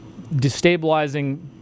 destabilizing